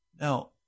Now